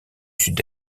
sud